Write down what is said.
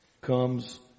comes